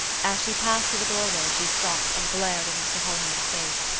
as she passed through the doorway she stopped and glared into mr. holohan's face.